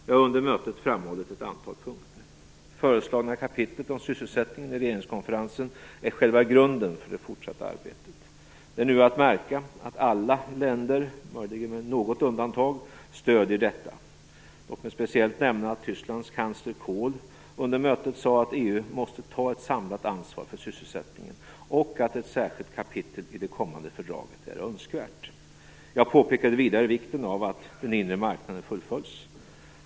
Jag har under mötet framhållit ett antal punkter: Det föreslagna kapitlet om sysselsättning i regeringskonferensen är själva grunden för det fortsatta arbetet. Det är nu att märka att alla länder stöder detta, möjligen med något undantag. Låt mig speciellt nämna att Tysklands kansler Kohl under mötet sade att EU måste ta ett samlat ansvar för sysselsättningen och att ett särskilt kapitel i det kommande fördraget är önskvärt. Jag påpekade vidare vikten av att den inre marknaden fullföljs.